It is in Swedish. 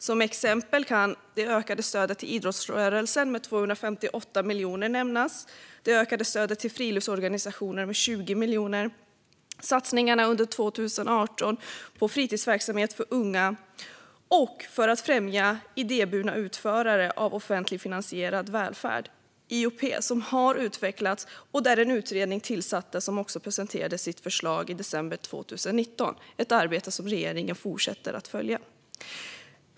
Som exempel kan det ökade stödet till idrottsrörelsen med 258 miljoner nämnas liksom det ökade stödet till friluftsorganisationer med 20 miljoner. Under 2018 har man också satsat på fritidsverksamhet för unga och på att främja idéburna utförare av offentligfinansierad välfärd, IOP, som har utvecklats. Där tillsattes även en utredning som presenterade sitt förslag i december 2019, ett arbete som regeringen fortsätter att följa.